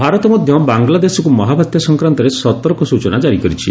ଭାରତ ମଧ୍ୟ ବାଂଲାଦେଶକୁ ମହାବାତ୍ୟା ସଂକ୍ରାନ୍ତରେ ସତର୍କ ସୂଚନା କାରି କରିଛି